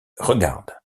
regarde